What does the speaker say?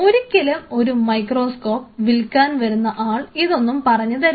ഒരിക്കലും ഒരു മൈക്രോസ്കോപ്പ് വിൽക്കാൻ വരുന്ന ആൾ ഇതൊന്നും പറഞ്ഞു തരില്ല